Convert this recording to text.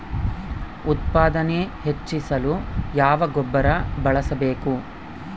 ಉತ್ಪಾದನೆ ಹೆಚ್ಚಿಸಲು ಯಾವ ಗೊಬ್ಬರ ಬಳಸಬೇಕು?